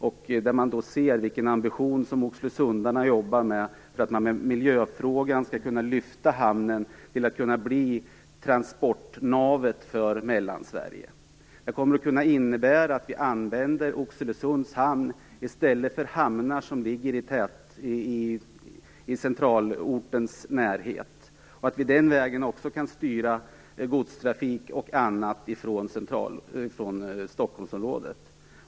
Oxelösundsborna arbetar med en stark ambition för att med miljöåtgärder lyfta hamnen till att bli transportnavet för Mellansverige. Detta kommer att kunna innebära att Oxelösunds hamn används i stället för hamnar i centralortens närhet. Det kan också innebära att godstrafik och annan trafik styrs bort från Stockholmsområdet.